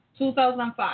2005